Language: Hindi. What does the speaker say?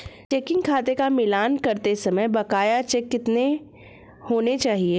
चेकिंग खाते का मिलान करते समय बकाया चेक कितने होने चाहिए?